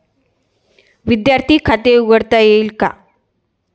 विद्यार्थी खाते उघडता येईल का?